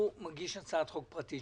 הוא מגיש הצעת חוק פרטית,